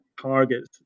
targets